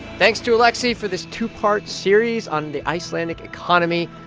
thanks to alexi for this two-part series on the icelandic economy.